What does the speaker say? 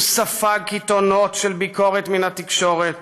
הוא ספג קיתונות של ביקורת מן התקשורת,